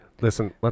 listen